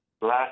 Black